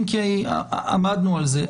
אם כי עמדנו על זה.